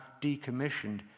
decommissioned